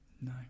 No